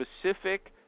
specific